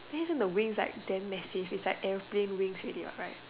then isn't the wings like damn messy if it's like airplane wings already what right